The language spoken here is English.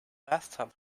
bathtub